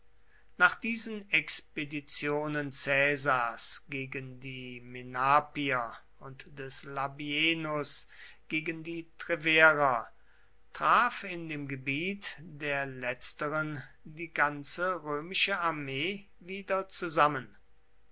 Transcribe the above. nach diesen expeditionen caesars gegen die menapier und des labienus gegen die treverer traf in dem gebiet der letzteren die ganze römische armee wieder zusammen